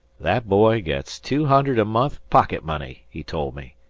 that boy gets two hundred a month pocket-money, he told me.